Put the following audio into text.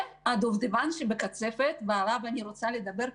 הדובדבן שבקצפת ועליו אני רוצה לדבר,